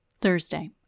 Thursday